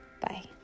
Bye